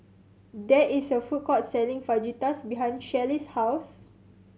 there is a food court selling Fajitas behind Shelly's house